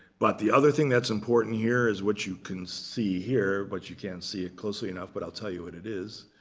but the other thing that's important here is what you can see here. but you can't see it closely enough, but i'll tell you what it is.